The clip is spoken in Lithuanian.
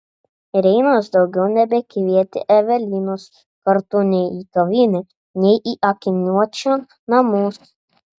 reinas daugiau nebekvietė evelinos kartu nei į kavinę nei į akiniuočio namus